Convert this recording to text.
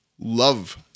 Love